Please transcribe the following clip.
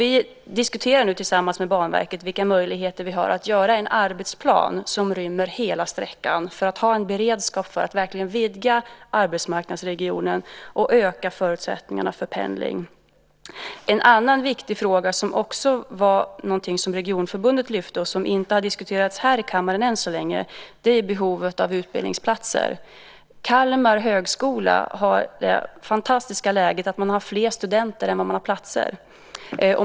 Nu diskuterar vi tillsammans med Banverket vilka möjligheter vi har att göra en arbetsplan som rymmer hela sträckan för att ha en beredskap för att verkligen vidga arbetsmarknadsregionen och öka förutsättningarna för pendling. En annan viktig fråga som också Regionförbundet lyfte fram och som än så länge inte har diskuterats här i kammaren är den om behovet av utbildningsplatser. Kalmar högskola har det fantastiska läget att man har fler studenter än platser.